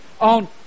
on